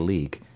League